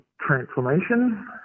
transformation